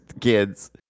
kids